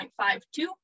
0.52